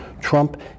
Trump